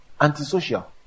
antisocial